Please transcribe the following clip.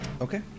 Okay